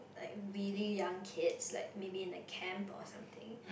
like really young kids like maybe in the camp or something